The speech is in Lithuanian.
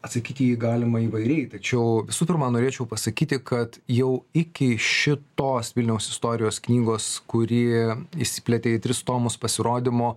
atsakyti į jį galima įvairiai tačiau visų pirma norėčiau pasakyti kad jau iki šitos vilniaus istorijos knygos kuri išsiplėtė į tris tomus pasirodymo